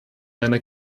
einer